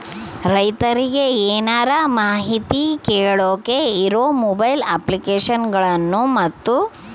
ರೈತರಿಗೆ ಏನರ ಮಾಹಿತಿ ಕೇಳೋಕೆ ಇರೋ ಮೊಬೈಲ್ ಅಪ್ಲಿಕೇಶನ್ ಗಳನ್ನು ಮತ್ತು?